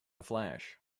flash